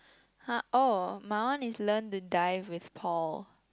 !huh! orh my one is learn to dive with Paul